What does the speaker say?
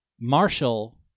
Marshall